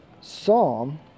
Psalm